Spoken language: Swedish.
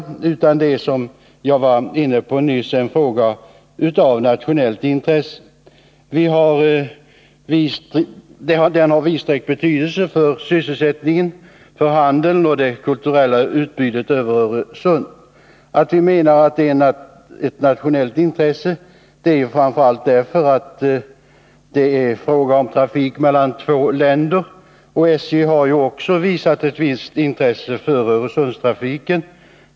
Det är, som jag nyss var inne på, också en fråga av nationellt intresse. Den har vidsträckt betydelse för sysselsättningen, handeln och det kulturella utbytet över Öresund. Ett nationellt intresse är det framför allt därför att det är fråga om trafik mellan två länder. SJ har också visat visst intresse för Öresundstrafiken.